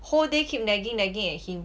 whole day keep nagging nagging at him